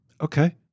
Okay